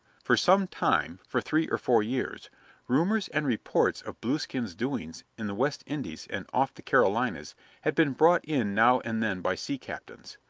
for some time for three or four years rumors and reports of blueskin's doings in the west indies and off the carolinas had been brought in now and then by sea captains.